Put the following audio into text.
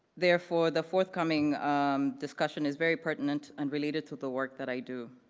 therefore, the forthcoming um discussion is very pertinent and related to the work that i do.